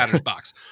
box